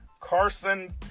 Carson